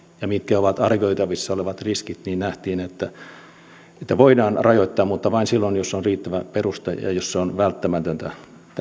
ja mitkä ovat arvioitavissa olevat riskit niin nähtiin että voidaan rajoittaa mutta vain silloin jos on riittävä peruste ja jos se on välttämätöntä